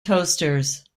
toasters